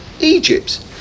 Egypt